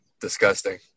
Disgusting